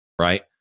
right